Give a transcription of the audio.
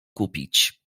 kupić